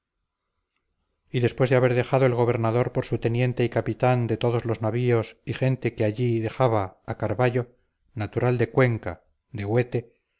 y después de haber dejado el gobernador por su teniente y capitán de todos los navíos y gente que allí dejaba a carvallo natural de cuenca de huete